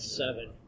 seven